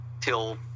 till